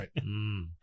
right